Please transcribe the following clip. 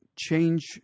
change